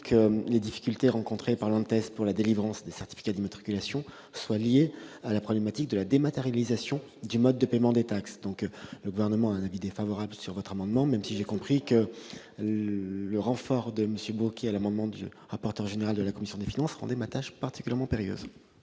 que les difficultés rencontrées par l'ANTS pour la délivrance des certificats d'immatriculation soient liées à la problématique de la dématérialisation du mode de paiement des taxes. Le Gouvernement est défavorable à cet amendement, même si j'ai compris que le ralliement de M. Bocquet à l'amendement de la commission rendait ma tâche particulièrement périlleuse.